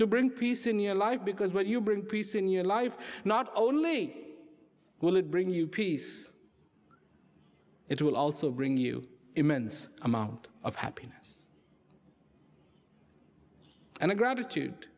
to bring peace in your life because when you bring peace in your life not only will it bring you peace it will also bring you immense amount of happiness and a gratitude